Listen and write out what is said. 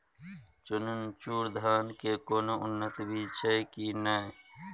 चननचूर धान के कोनो उन्नत बीज छै कि नय?